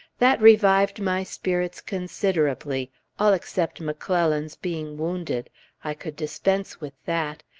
that revived my spirits considerably all except mcclellan's being wounded i could dispense with that.